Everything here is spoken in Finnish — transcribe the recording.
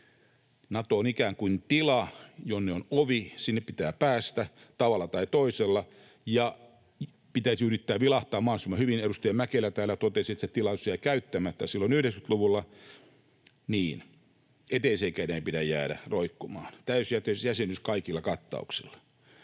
Nato on ikään kuin tila, jonne on ovi. Sinne pitää päästä tavalla tai toisella ja pitäisi yrittää vilahtaa mahdollisimman hyvin. Edustaja Mäkelä täällä totesi, että se tilaisuus jäi käyttämättä silloin 90-luvulla. Niin, eteiseenkään ei pidä jäädä roikkumaan — täysjäsenyys kaikilla kattauksilla.